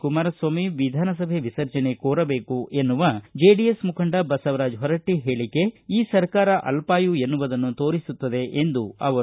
ಕುಮಾರಸ್ನಾಮಿ ವಿಧಾನಸಭೆ ವಿಸರ್ಜನೆ ಕೋರಬೇಕು ಎನ್ನುವ ಜೆಡಿಎಸ್ ಮುಖಂಡ ಬಸವರಾಜ ಹೊರಟ್ಷ ಹೇಳಿಕೆ ಈ ಸರ್ಕಾರ ಅಲ್ವಾಯು ಎನ್ನುವುದನ್ನು ತೋರಿಸುತ್ತದೆ ಎಂದರು